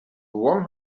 one